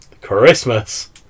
Christmas